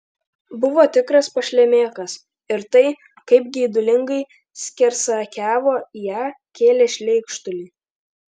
buvo tikras pašlemėkas ir tai kaip geidulingai skersakiavo į ją kėlė šleikštulį